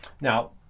Now